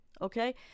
okay